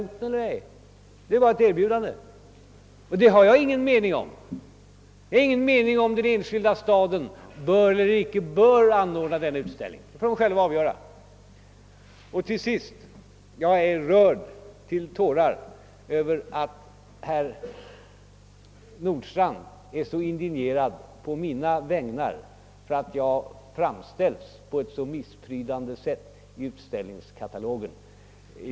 Där föreligger bara ett erbjudande, och den saken har jag ingen mening om. Jag har ingen mening om huruvida den eller den enskilda staden bör eller inte bör anordna denna utställning. Det får vederbörande själva avgöra. Till sist vill jag säga att jag är rörd till tårar över att herr Nordstrandh är så indignerad på mina vägnar för att jag har framställts på ett så missprydande sätt i utställningskatalogen.